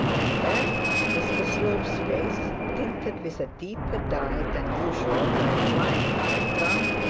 and then mr slope's face, tinted with a deeper dye than usual by the wine he had drunk,